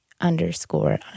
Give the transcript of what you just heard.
underscore